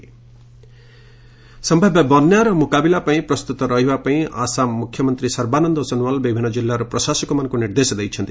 Assam CM China flood ସମ୍ଭାବ୍ୟ ବନ୍ୟା ମୁକାବିଲା ପାଇଁ ପ୍ରସ୍ତୁତ ରହିବା ପାଇଁ ଆସାମ ମୁଖ୍ୟମନ୍ତ୍ରୀ ସର୍ବାନନ୍ଦ ସୋନୱାଲ ବିଭିନ୍ନ କିଲ୍ଲାର ପ୍ରଶାସକମାନଙ୍କୁ ନିର୍ଦ୍ଦେଶ ଦେଇଛନ୍ତି